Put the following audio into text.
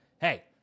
hey